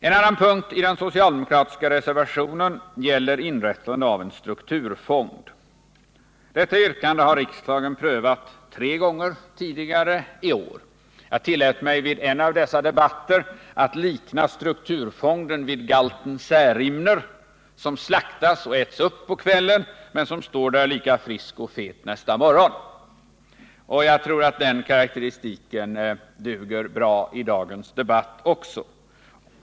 En annan punkt i den socialdemokratiska reservationen gäller inrättande av en strukturfond. Detta yrkande har riksdagen prövat tre gånger tidigare i år. Jag tillät mig vid en av dessa debatter att likna strukturfonden vid galten Särimner, som slaktas och äts upp på kvällen men som står där lika frisk och fet nästa morgon. Jag tror att den karakteristiken duger bra i dagens debatt också.